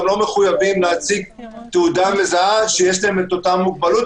אותם אנשים לא מחויבים להציג תעודה מזהה שיש להם אותה מוגבלות,